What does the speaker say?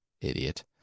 idiot